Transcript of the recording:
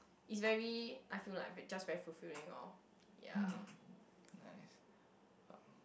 it's very I feel like just very fulfilling oh ya